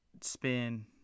spin